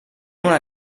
una